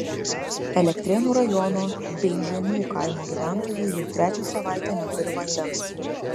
elektrėnų rajono beižionių kaimo gyventojai jau trečią savaitę neturi vandens